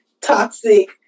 toxic